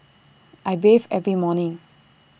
I bathe every morning